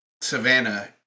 Savannah